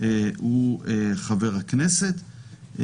הוא חבר הכנסת.